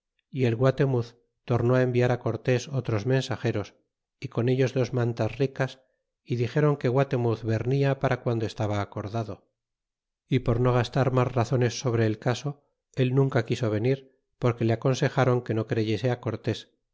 y el guatenutz torné enviar cortés otros mensageros y con ellos dips mantasricas y dixeron que guatemuz vernia para guando estaba acordado y por no gastar mas razones sobre el caso él nunca quiso venir porque le aconsejron que no creyese